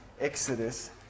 Exodus